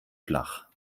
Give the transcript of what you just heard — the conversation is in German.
flach